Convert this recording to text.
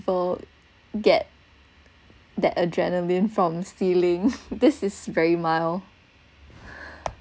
people get that adrenaline from stealing this is very mild